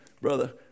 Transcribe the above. Brother